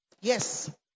Yes